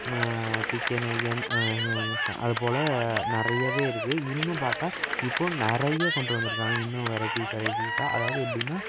D K nine அதை போல் நிறையவே இருக்குது இன்னும் பார்த்தா இப்போது நிறைய கொண்டு வந்திருக்காங்க இன்னும் வெரைட்டிஸ் வெரைட்டிஸாக அதாவது எப்படின்னா